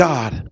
God